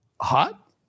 Hot